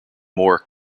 more